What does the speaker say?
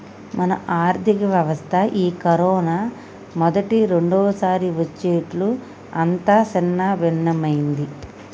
మన ఆర్థిక వ్యవస్థ ఈ కరోనా మొదటి రెండవసారి వచ్చేట్లు అంతా సిన్నభిన్నమైంది